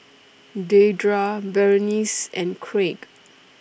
Dedra Berenice and Craig